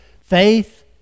Faith